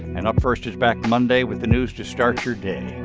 and up first is back monday with the news to start your day.